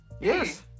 Yes